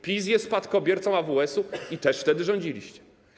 PiS jest spadkobiercą AWS-u i też wtedy rządziliście.